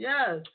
Yes